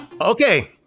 Okay